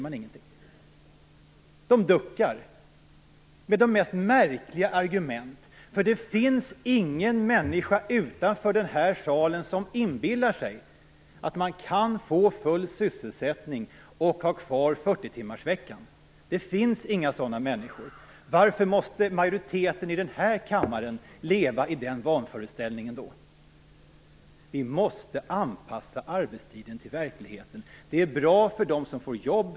Man duckar med de mest märkliga argument. Det finns ingen människa utanför den här salen som inbillar sig att man kan få full sysselsättning och ha kvar 40-timmarsveckan. Det finns inga sådana människor. Varför måste då majoriteten i denna kammare leva i den vanföreställningen? Vi måste anpassa arbetstiden till verkligheten. Det är bra för dem som får jobb.